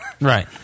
right